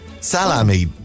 Salami